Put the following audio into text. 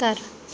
ਘਰ